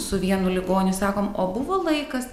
su vienu ligoniu sakom o buvo laikas